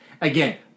Again